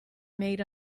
made